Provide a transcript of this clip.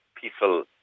peaceful